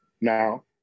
Now